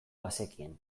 bazekien